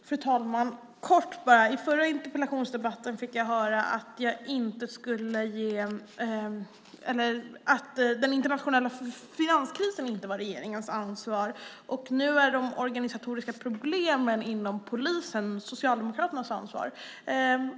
Fru talman! Helt kort: I förra interpellationsdebatten fick jag höra att den internationella finanskrisen inte är regeringens ansvar. Nu är de organisatoriska problemen inom polisen Socialdemokraternas ansvar.